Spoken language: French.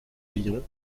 lyon